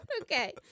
Okay